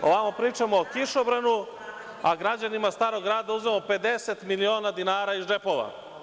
Ovamo pričamo o kišobranu, a građanima Starog Grada uzmemo 50 miliona dinara iz džepova.